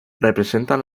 representan